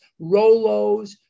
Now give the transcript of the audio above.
Rolos